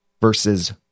versus